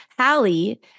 Hallie